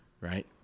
right